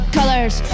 colors